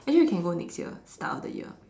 I think we can go next year start of the year